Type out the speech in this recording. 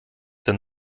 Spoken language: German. denn